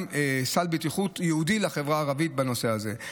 סל בטיחות ייעודי לחברה הערבית בנושא הזה.